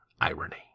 irony